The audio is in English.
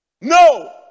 no